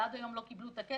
ועד היום לא קיבלו אותו.